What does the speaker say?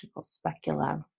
specula